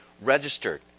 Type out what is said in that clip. registered